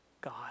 God